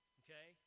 okay